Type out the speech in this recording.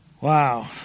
Wow